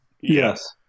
Yes